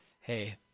Hey